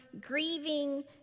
grieving